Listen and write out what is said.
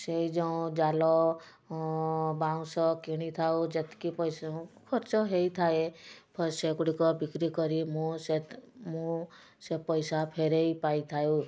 ସେ ଯୋଉଁ ଜାଲ ବାଉଁଶ କିଣିଥାଉ ଯେତକି ପଇସା ଖର୍ଚ୍ଚ ହେଇଥାଏ ଫ ସେ ସେଗୁଡ଼ିକ ବିକ୍ରି କରି ମୁଁ ସେ ମୁଁ ସେ ପଇସା ଫେରେଇ ପାଇଥାଉ